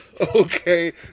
Okay